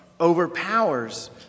overpowers